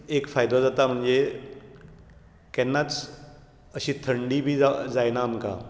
एक फायदो जाता म्हणजे केन्नाच अशी थंडी बी जायना आमकां